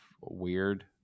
weird